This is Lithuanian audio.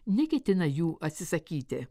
neketina jų atsisakyti